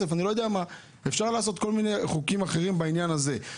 אפשר לחוקק חוקים אחרים בעניין הזה,